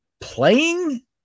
Playing